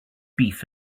beef